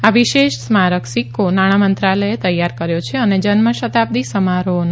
આ વિશેષ સ્મારક સિકકો નાણામંત્રાલયે તૈયાર કર્યો છે અને જન્મશતાબ્દી સમારોહોનો ભાગ છે